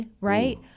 right